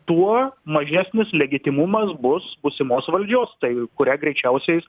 tuo mažesnis legitimumas bus būsimos valdžios tai kuria greičiausiai